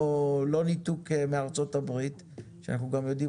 לא ניתוק מארצות הברית שאנחנו גם יודעים